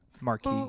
marquee